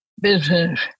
Business